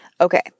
Okay